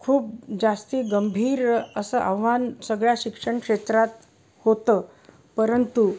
खूप जास्त गंभीर असं आव्हान सगळ्या शिक्षण क्षेत्रात होतं परंतु